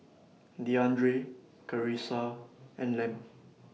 Deandre Karissa and Lem